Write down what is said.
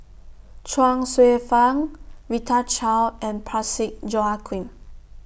Chuang Hsueh Fang Rita Chao and Parsick Joaquim